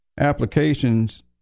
applications